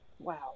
Wow